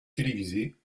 télévisées